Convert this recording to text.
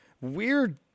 weird